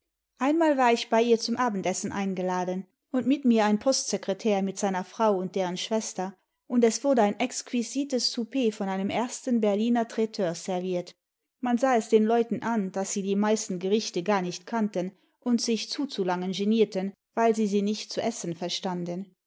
einmal war ich bei ihr zum abendessen eingeladen und mit mir ein postsekretär mit seiner frau imd deren schwester und es wurde ein exquisites souper von einem ersten berliner traiteur serviert man sah es den leuten an daß sie die meisten gerichte gar nicht kannten und sich zuzulangen genierten weil sie sie nicht zu essen verstanden